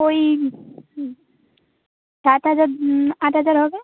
ওই সাত হাজার আট হাজার হবে